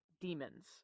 demons